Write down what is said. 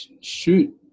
shoot